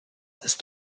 ist